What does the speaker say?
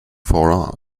for